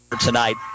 tonight